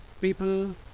people